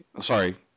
sorry